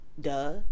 duh